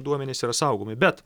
duomenys yra saugomi bet